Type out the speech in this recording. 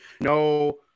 No